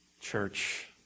church